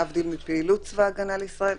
להבדיל מ"פעילות צבא ההגנה לישראל".